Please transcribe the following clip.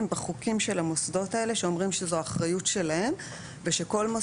בחוקים של המוסדות האלה שאומרים שזו אחריות שלהם ושהמשרדים,